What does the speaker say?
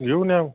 घेऊन या हो